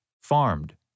farmed